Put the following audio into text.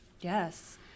Yes